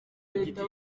leta